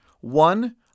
One